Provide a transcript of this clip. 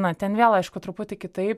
na ten vėl aišku truputį kitaip